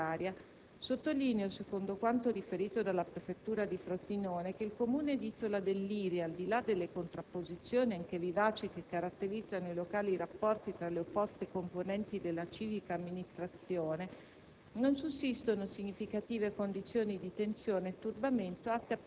Pur in attesa delle determinazioni di competenza dell'autorità giudiziaria, sottolineo, secondo quanto riferito dalla prefettura dì Frosinone, che presso il Comune di Isola del Liri, al di là delle contrapposizioni (anche vivaci) che caratterizzano i locali rapporti tra le opposte componenti della civica amministrazione,